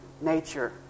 nature